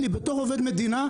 בתור עובד מדינה,